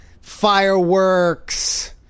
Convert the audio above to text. Fireworks